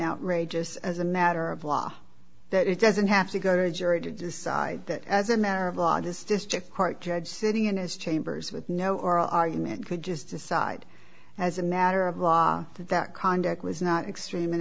outrageous as a matter of law that it doesn't have to go to a jury to decide that as a matter of law this district court judge sitting in his chambers with no oral argument could just decide as a matter of law that conduct was not extreme and